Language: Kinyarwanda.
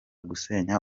gusenya